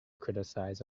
criticize